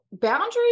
boundaries